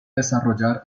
desarrollar